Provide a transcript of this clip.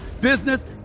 business